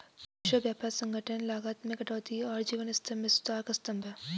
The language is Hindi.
विश्व व्यापार संगठन लागत में कटौती और जीवन स्तर में सुधार का स्तंभ है